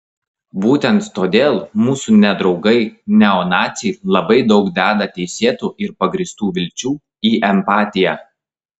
būtent todėl mūsų nedraugai neonaciai labai daug deda teisėtų ir pagrįstų vilčių į empatiją